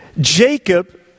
Jacob